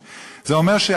יציע; לא שקראו